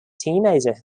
teenager